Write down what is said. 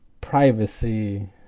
privacy